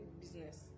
business